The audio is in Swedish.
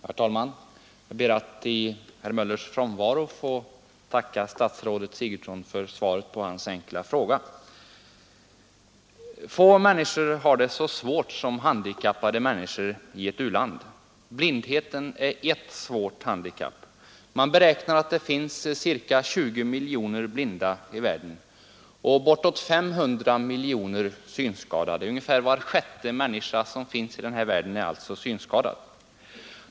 Herr talman! Jag ber att i herr Möllers frånvaro få tacka fru statsrådet Sigurdsen för svaret på hans enkla fråga. Få människor har det så svårt som de handikappade i u-land. Blindhet är ett svårt handikapp. Man beräknar att det finns ca 20 miljoner blinda i världen och bortåt 500 miljoner synskadade. Ungefär var sjätte människa i dessa delar av världen är alltså synskadad.